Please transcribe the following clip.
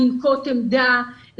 לנקוט עמדה,